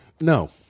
No